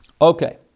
Okay